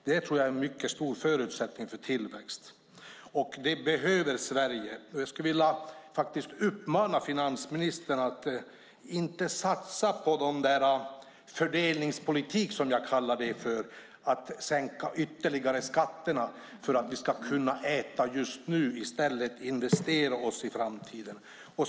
Det tror jag är en mycket stor förutsättning för tillväxt, och det behöver Sverige. Jag skulle vilja uppmana finansministern att inte satsa på den fördelningspolitik, som jag kallar den, och som handlar om att sänka skatterna ytterligare för att vi ska kunna äta just nu i stället för att investera för framtiden.